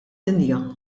dinja